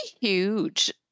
huge